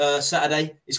Saturday